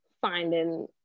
finding